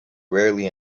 rarely